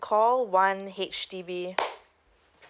call one H_D_B